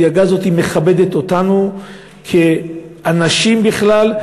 הדאגה הזאת מכבדת אותנו כאנשים בכלל,